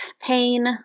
pain